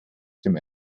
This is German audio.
dem